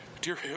Dear